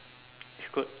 it's good